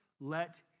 let